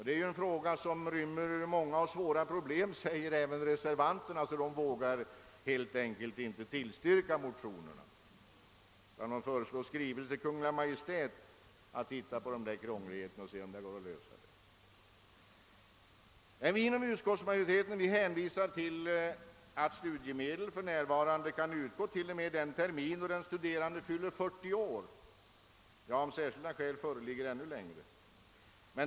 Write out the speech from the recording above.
Det är en fråga som rymmer många och svåra problem, säger även reservanterna som helt enkelt inte vågar tillstyrka motionerna utan föreslår att riksdagen i skrivelse till Kungl. Maj:t begär att dessa ting skall ses Över. Utskottsmajoriteten hänvisar till att studiemedel för närvarande kan utgå till och med den termin då den studerande fyller 40 år — ja, om särskilda skäl föreligger ännu längre.